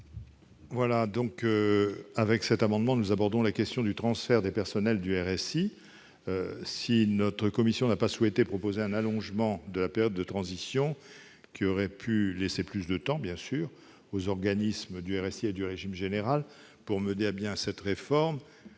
général. Avec cet amendement, nous abordons la question du transfert des personnels du RSI. Si notre commission n'a pas souhaité proposer un allongement de la période de transition, qui aurait pu laisser plus de temps aux organismes du RSI et du régime général pour mener à bien cette réforme,